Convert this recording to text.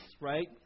Right